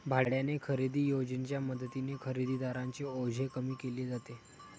भाड्याने खरेदी योजनेच्या मदतीने खरेदीदारांचे ओझे कमी केले जाते